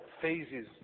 phases